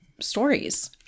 stories